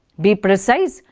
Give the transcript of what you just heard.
be precise,